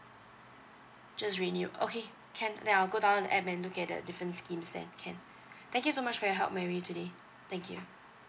just renew okay can then I'll go down in app and look at the different schemes then can thank you so much for your help mary today thank you